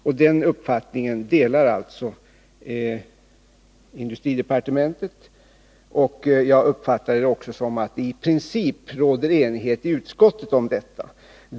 Det är den uppfattning som finns inom industridepartementet, och jag har också uppfattat att det i princip råder enighet i utskottet om detta.